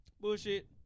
Bullshit